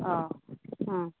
हय